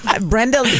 brenda